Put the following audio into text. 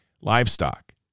livestock